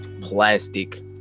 Plastic